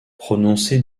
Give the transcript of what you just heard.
prononcé